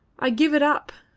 i give it up,